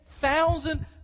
thousand